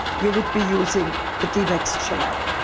you would be using the deepak so shellac.